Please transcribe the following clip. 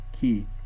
key